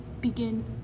begin